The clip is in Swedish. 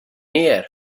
ner